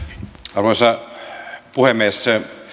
arvoisa puhemies